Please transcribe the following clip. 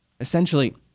Essentially